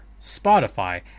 Spotify